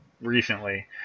recently